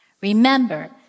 Remember